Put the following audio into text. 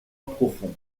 profond